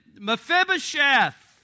Mephibosheth